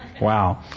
wow